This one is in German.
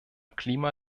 klima